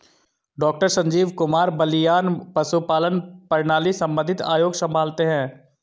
doctor Sanjeev Kumar Baliyan पशुपालन प्रणाली संबंधित आयोग संभालते हैं